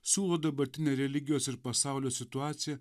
siūlo dabartinę religijos ir pasaulio situaciją